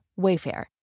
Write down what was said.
Wayfair